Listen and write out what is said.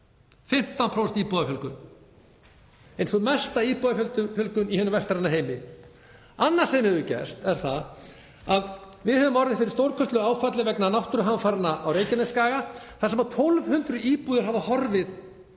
15% íbúafjölgun, ein mesta íbúafjölgun í hinum vestræna heimi. Annað sem hefur gerst er það að við höfum orðið fyrir stórkostlegu áfalli vegna náttúruhamfaranna á Reykjanesskaga þar sem 1.200 íbúðir hafa horfið